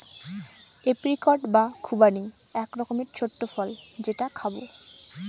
apricot বা খুবানি এক রকমের ছোট্ট ফল যেটা খাবো